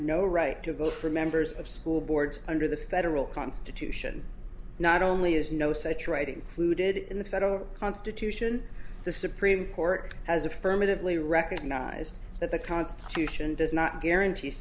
no right to vote for members of school boards under the federal constitution not only is no such writing clue did in the federal constitution the supreme court has affirmatively recognized that the constitution does not guarantee